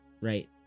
right